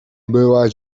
była